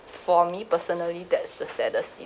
for me personally that's the saddest scene